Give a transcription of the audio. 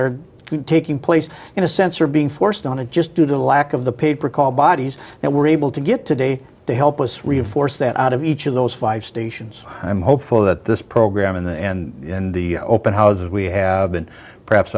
are taking place in a sense are being forced on and just due to lack of the paper called bodies and were able to get today to help us reinforce that out of each of those five stations i'm hopeful that this program in the end in the open houses we have been perhaps